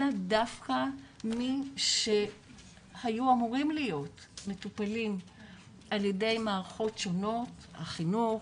אלא דווקא מי שהיו אמורים להיות מטופלים על ידי מערכות שונות-החינוך,